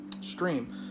stream